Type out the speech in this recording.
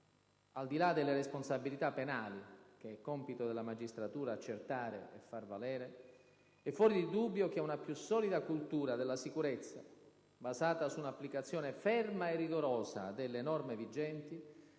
Al di là delle responsabilità penali, che è compito della magistratura accertare e far valere, è fuori di dubbio che una più solida cultura della sicurezza, basata su un'applicazione ferma e rigorosa delle norme vigenti,